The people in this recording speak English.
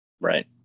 Right